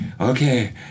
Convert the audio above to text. okay